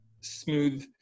smooth